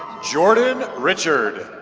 jordan richard